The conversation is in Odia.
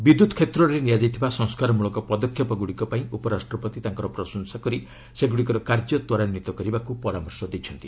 ବିଦ୍ୟୁତ୍ କ୍ଷେତ୍ରରେ ନିଆଯାଇଥିବା ସଂସ୍କାରମୂଳକ ପଦକ୍ଷେପଗୁଡ଼ିକ ପାଇଁ ଉପରାଷ୍ଟ୍ରପତି ତାଙ୍କର ପ୍ରଶଂସା କରି ସେଗୁଡ଼ିକର କାର୍ଯ୍ୟ ତ୍ୱରାନ୍ୱିତ କରିବାକୁ ପରାମର୍ଶ ଦେଇଛନ୍ତି